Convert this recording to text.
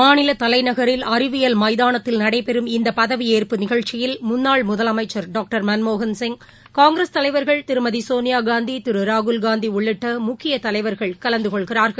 மாநில தலைநகரில் அறிவியல் மைதானத்தில் நடைபெறும் இந்த பதவியேற்பு நிகழ்ச்சியில் முன்னாள் முதலமைச்சர் டாக்டர் மன்மோகன் சிங் காங்கிரஸ் தலைவர்கள் திருமதி சோனியா காந்தி திரு ராகுல் காந்தி உள்ளிட்ட முக்கிய தலைவர்கள் கலந்து கொள்கிறார்கள்